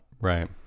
Right